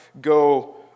go